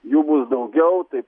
jų bus daugiau tai